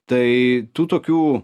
tai tų tokių